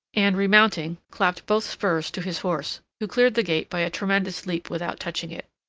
and remounting clapped both spurs to his horse, who cleared the gate by a tremendous leap without touching it.